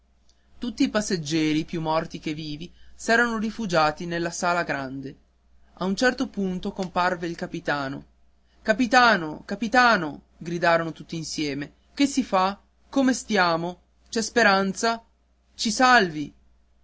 tutti i passeggieri più morti che vivi s'erano rifugiati nella sala grande a un certo punto comparve il capitano capitano capitano gridarono tutti insieme che si fa come stiamo c'è speranza ci salvi